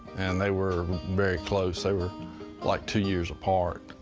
and they were very close. they were like two years apart,